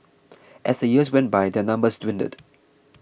as the years went by their number dwindled